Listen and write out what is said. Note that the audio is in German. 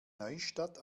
neustadt